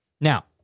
Now